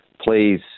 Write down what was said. please